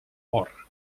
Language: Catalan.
mort